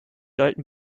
sollten